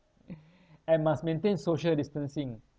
and must maintain social distancing